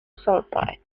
sulfide